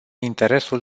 interesul